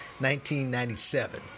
1997